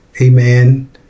Amen